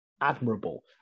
admirable